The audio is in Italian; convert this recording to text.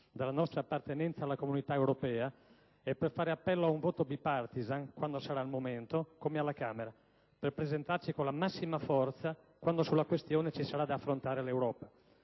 dalla nostra appartenenza alla Comunità europea, è per fare appello a un voto *bipartisan*, quando sarà il momento, come alla Camera, per presentarci con la massima forza quando sulla questione ci sarà da affrontare l'Europa.